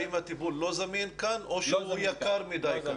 האם הטיפול לא זמין כאן או שהוא יקר מדי כאן?